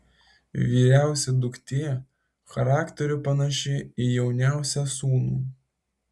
vyriausia duktė charakteriu panaši į jauniausią sūnų